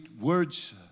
words